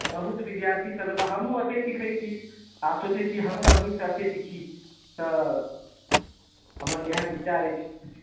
बहुत विद्यार्थीसब हमहूँ एत्तहि सिखै छी आ सोचै छी जे हमहूँ अहीँसए एत्तहि सीखि तऽ हमर इएह विचार अछि